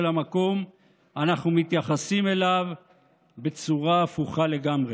המקום אנחנו מתייחסים אליו בצורה הפוכה לגמרי.